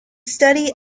study